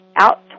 out